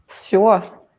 Sure